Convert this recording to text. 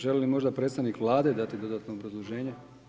Želi li možda predstavnik Vlade dati dodatno obrazloženje?